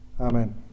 Amen